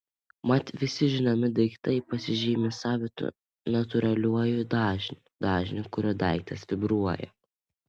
mat visi žinomi daiktai pasižymi savitu natūraliuoju dažniu dažniu kuriuo daiktas vibruoja